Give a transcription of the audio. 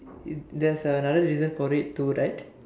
it there's another reason for it to right